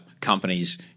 companies